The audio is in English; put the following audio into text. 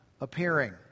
appearing